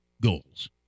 goals